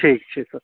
ठीक छै तऽ